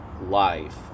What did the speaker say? life